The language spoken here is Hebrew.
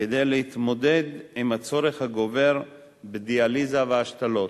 כדי להתמודד עם הצורך הגובר בדיאליזה והשתלות.